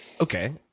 Okay